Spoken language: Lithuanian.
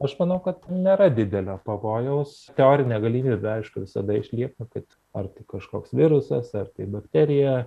aš manau kad nėra didelio pavojaus teorinė galimybė aišku visada išlieka kad ar kažkoks virusas ar tai bakterija